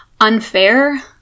unfair